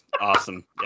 Awesome